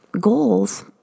goals